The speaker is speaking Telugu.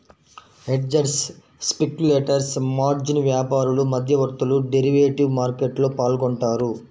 హెడ్జర్స్, స్పెక్యులేటర్స్, మార్జిన్ వ్యాపారులు, మధ్యవర్తులు డెరివేటివ్ మార్కెట్లో పాల్గొంటారు